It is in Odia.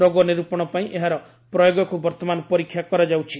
ରୋଗ ନିର୍ପଣ ପାଇଁ ଏହାର ପ୍ରୟୋଗକୁ ବର୍ତ୍ତମାନ ପରୀକ୍ଷା କରାଯାଉଛି